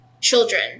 children